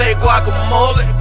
guacamole